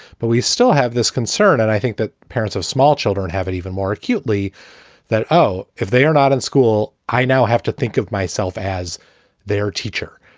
but we still have this concern. and i think that parents of small children have it even more acutely that, oh, if they are not in school, i now have to think of myself as their teacher.